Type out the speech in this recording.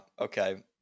okay